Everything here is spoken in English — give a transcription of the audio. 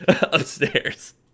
upstairs